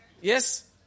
Yes